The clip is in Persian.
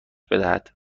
بدهد